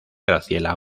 graciela